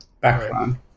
background